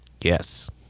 Yes